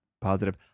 Positive